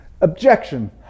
objection